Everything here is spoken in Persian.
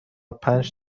پنج